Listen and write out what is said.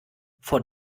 vor